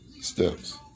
steps